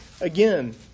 again